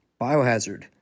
Biohazard